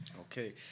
Okay